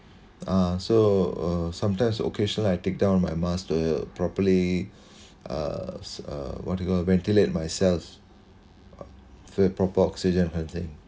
uh so uh sometimes occasional I take down my mask to properly uh s~ uh what you call ventilate myself for proper oxygen kind of thing